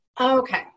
Okay